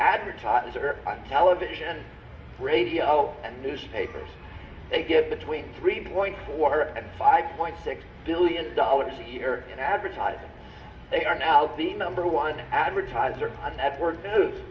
advertiser on television radio and newspapers they get between three point four and five point six billion dollars a year in advertising they are now the number one advertiser on network